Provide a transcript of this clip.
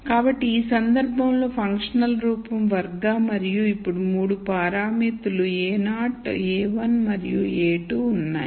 కాబట్టి ఈ సందర్భంలో ఫంక్షనల్ రూపం వర్గ మరియు ఇప్పుడు 3 పారామితులు a₀ a₁ మరియు a2 ఉన్నాయి